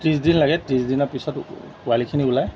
ত্ৰিছ দিন লাগে ত্ৰিছদিনৰ পিছত পোৱালিখিনি ওলায়